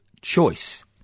choice